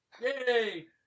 Yay